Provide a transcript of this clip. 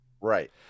Right